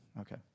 Okay